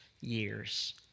years